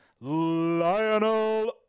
Lionel